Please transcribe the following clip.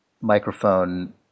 microphone